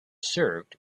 served